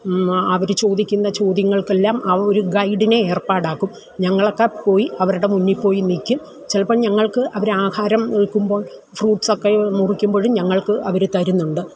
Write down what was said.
അവര് ചോദിക്കുന്ന ചോദ്യങ്ങൾക്കെല്ലാം ആ ഒരു ഗൈഡിനെ ഏർപ്പാടാക്കും ഞങ്ങളൊക്കെ പോയി അവരുടെ മുന്നിൽ പോയി നിൽക്കും ചിലപ്പോൾ ഞങ്ങൾക്ക് അവര് ആഹാരം കഴിക്കുമ്പോൾ ഫ്രൂട്ട്സൊക്കെ മുറിക്കുമ്പൊഴും ഞങ്ങൾക്ക് അവര് തരുന്നുണ്ട്